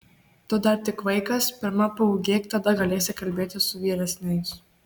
tu dar tik vaikas pirma paūgėk tada galėsi kalbėti su vyresniais